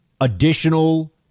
additional